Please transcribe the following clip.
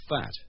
fat